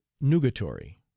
nugatory